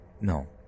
No